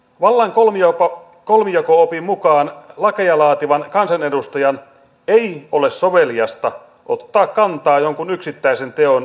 vallan kolmijako opin mukaan lakeja laativan kansanedustajan ei ole soveliasta ottaa kantaa jonkun yksittäisen teon rangaistukseen